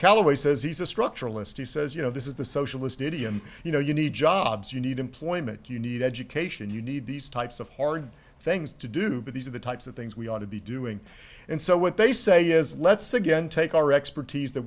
callaway says he's a structuralist he says you know this is the socialist idiom you know you need jobs you need employment you need education you need these types of hard things to do but these are the types of things we ought to be doing and so what they say is let's again take our expertise th